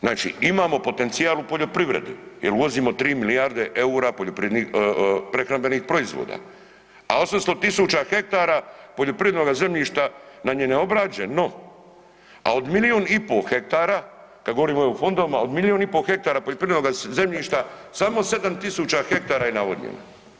Znači imamo potencijal u poljoprivredi jel uvozimo 3 milijarde EUR-a poljoprivrednih, prehrambenih proizvoda, a 800.000 hektara poljoprivrednoga zemljišta nam je neobrađeno, a od miliju i po hektara, kad govorimo o EU fondovima, od milijun i po hektara poljoprivrednoga zemljišta samo 7.000 hektara je navodnjeno.